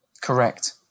Correct